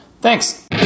thanks